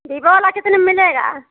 Vivo वाला कितने म मिलेगा